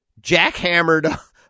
jackhammered